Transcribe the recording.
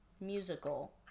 Musical